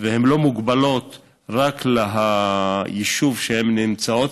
והן לא מוגבלות רק ליישוב שהן נמצאות